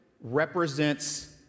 represents